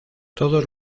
todos